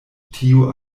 tiu